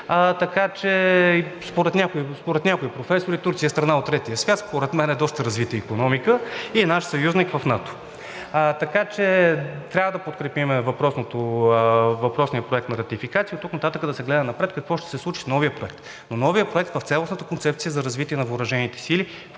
щати. Според някои професори Турция е страна от третия свят, според мен е доста развита икономика и е наш съюзник в НАТО. Така че трябва да подкрепим въпросния Проект на ратификация и оттук нататък да се гледа напред какво ще се случи с новия проект. Но новият проект в цялостната концепция за развитие на въоръжените сили,